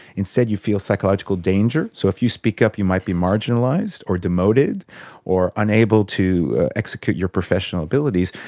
instead you feel psychological danger, so if you speak up you might be marginalised or demoted or unable to execute your professional abilities,